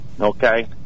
okay